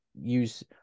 use